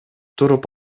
туруп